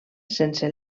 sense